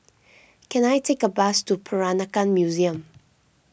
can I take a bus to Peranakan Museum